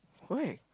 why